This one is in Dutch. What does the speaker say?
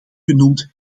genoemd